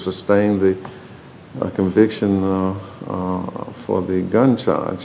sustain the conviction for the gun side